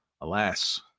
Alas